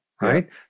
right